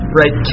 right